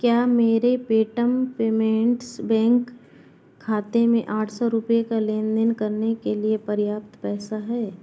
क्या मेरे Paytm payments bank खाते में आठ सौ रुपये का लेन देन करने के लिए पर्याप्त पैसा है